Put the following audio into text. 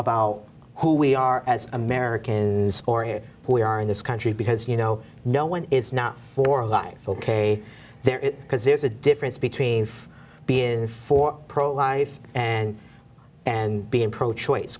about who we are as americans or here we are in this country because you know no one is not for a life ok there is because there's a difference between being for pro life and and being pro choice